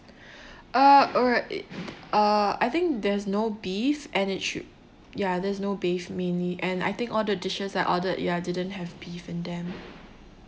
uh alright uh I think there's no beef and it should ya there's no beef mainly and I think all the dishes I ordered ya didn't have beef in them